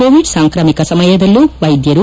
Covid ಸಾಂಕ್ರಾಮಿಕ ಸಮಯದಲ್ಲೂ ವೈದ್ಯರು